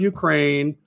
Ukraine